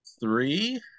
Three